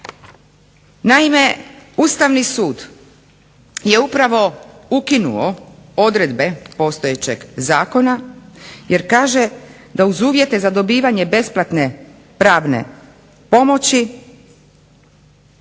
Naime, Ustavni sud je upravo ukinuo odredbe postojećeg zakona, jer kaže da uz uvjete za dobivanje besplatne pravne pomoći,